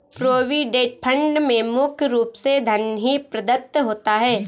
provident fund में मुख्य रूप से धन ही प्रदत्त होता है